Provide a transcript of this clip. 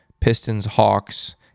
Pistons-Hawks